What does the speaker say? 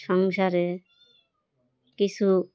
সংসারে কিছু